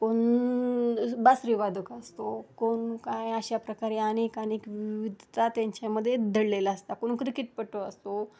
कोण बासरीवादक असतो कोण काय अशा प्रकारे अनेक अनेक विविधता त्यांच्यामध्ये दडलेला असतो कोण क्रिकेटपटू असतो